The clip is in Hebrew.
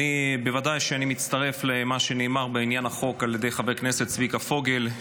בוודאי שאני מצטרף למה שנאמר בעניין החוק על ידי חבר הכנסת צביקה פוגל,